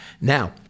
Now